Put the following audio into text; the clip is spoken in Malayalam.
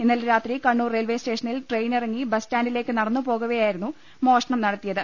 ഇന്നലെ രാത്രി കണ്ണൂർ റെയിൽവെ സ്റ്റേഷനിൽ ട്രെയിനി റങ്ങി ബസ്റ്റാൻഡി ലേക്ക് നടന്നു പോകവെയായിരുന്നു മോഷണം നടത്തിയത്